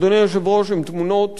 אדוני היושב-ראש, הן תמונות